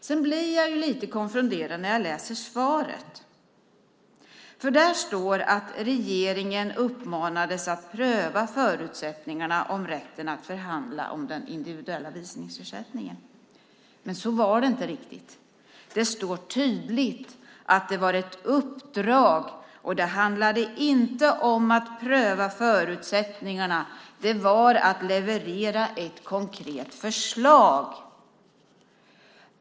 Jag blir lite konfunderad när jag läser svaret, för där står att regeringen uppmanades att pröva förutsättningarna för rätten att förhandla om den individuella visningsersättningen. Men så var det inte riktigt. Det står tydligt att det var fråga om ett uppdrag, och det handlade inte om att pröva förutsättningarna. Det handlade om att leverera ett konkret förslag.